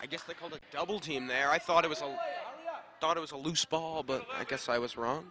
i guess they call the double team there i thought it was a thought it was a loose ball but i guess i was wrong